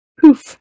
Poof